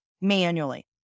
manually